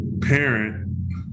parent